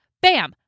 bam